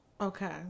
Okay